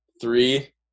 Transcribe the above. Three